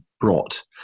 brought